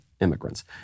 immigrants